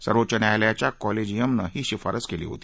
सर्वोच्च न्यायालयाच्या कॉलेजिअमने ही शिफारस केली होती